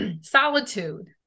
solitude